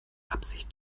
absicht